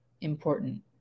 important